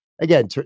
Again